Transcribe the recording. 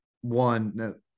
one